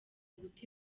guta